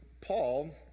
Paul